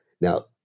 Now